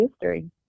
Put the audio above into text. history